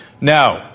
Now